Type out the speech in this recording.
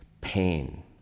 pain